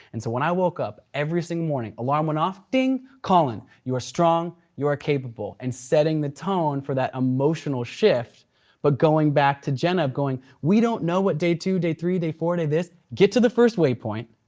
and so when i woke up every single morning, alarm went off, ding. colin, you are strong, you are capable. and setting the tone for that emotional shift but going back to jenna, going we don't know what day two, day three, day four, day this. get to the first waypoint,